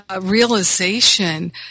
realization